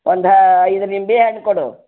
ಒಂದು ಐದು ನಿಂಬೆಹಣ್ಣು ಕೊಡು